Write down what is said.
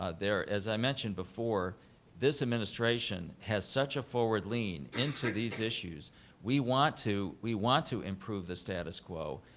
ah as i mentioned before this administration has such a forward lean into these issues we want to we want to improve the status quo,